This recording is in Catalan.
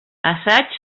assaigs